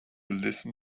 listen